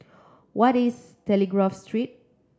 what is Telegraph Street